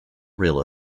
real